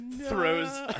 throws